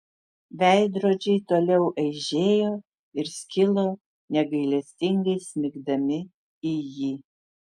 veidrodžiai toliau aižėjo ir skilo negailestingai smigdami į jį